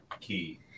key